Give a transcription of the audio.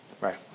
Right